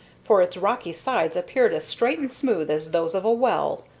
for its rocky sides appeared as straight and smooth as those of a well.